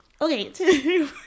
Okay